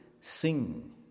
sing